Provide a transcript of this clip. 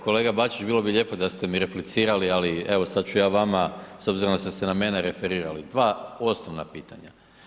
Kolega Bačić, bilo bi lijepo da ste mi replicirali ali sad ću ja vama s obzirom da ste se na mene referirali, dva osnovna pitanja.